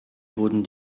wurden